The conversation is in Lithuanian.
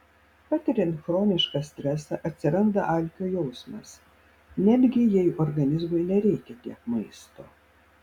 patiriant chronišką stresą atsiranda alkio jausmas netgi jei organizmui nereikia tiek maisto